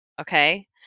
okay